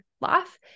life